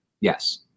Yes